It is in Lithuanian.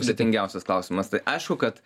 sutingiausias klausimas tai aišku kad